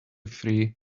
free